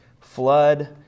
flood